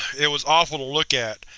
it was awful to look at,